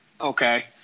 Okay